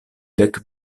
dek